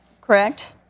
correct